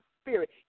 spirit